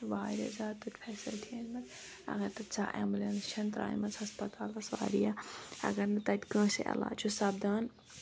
واریاہ زیادٕ چھِ تَتہِ فیسَلٹی اَنہِ مَژٕ تیٖژہ ایمبولَنسہٕ چھنہٕ ترٛاے مَژٕ ہسپَتالَس واریاہ اَگر نہٕ تَتہِ کٲنسہِ علاج چھُ سپدان